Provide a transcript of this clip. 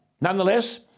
Nonetheless